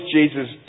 Jesus